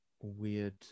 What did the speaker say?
weird